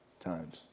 times